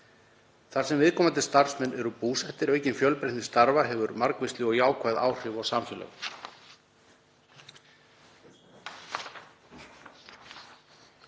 þar sem viðkomandi starfsmenn eru búsettir. Aukin fjölbreytni starfa hefur margvísleg og jákvæð áhrif á samfélög.